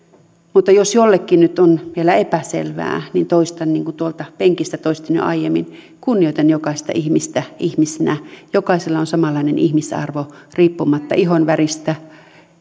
mutta jos jollekin nyt on vielä epäselvää niin toistan niin kuin tuolta penkistä toistin jo aiemmin kunnioitan jokaista ihmistä ihmisenä jokaisella on samanlainen ihmisarvo riippumatta ihonväristä